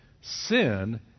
sin